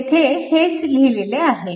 येथे हेच लिहिलेले आहे